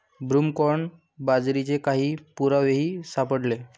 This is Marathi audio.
ब्रूमकॉर्न बाजरीचे काही पुरावेही सापडले